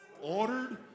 ordered